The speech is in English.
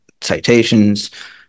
citations